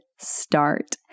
start